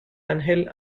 ángel